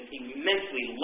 immensely